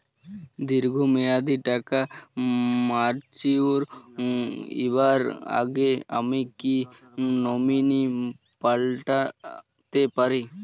দীর্ঘ মেয়াদি টাকা ম্যাচিউর হবার আগে আমি কি নমিনি পাল্টা তে পারি?